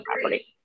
property